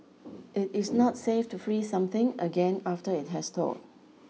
it is not safe to freeze something again after it has thawed